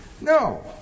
No